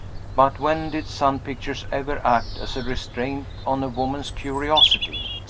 but when did sun-pictures ever act as a restraint on a woman's curiosity?